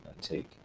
take